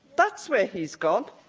that's where he's gone.